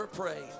pray